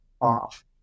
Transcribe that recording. off